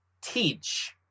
teach